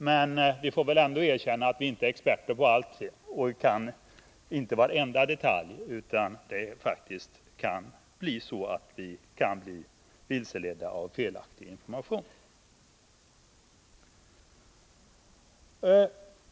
Men vi får väl ändå erkänna att vi inte är experter på allting och att vi inte kan varenda detalj utan att vi faktiskt kan bli vilseledda av felaktig information.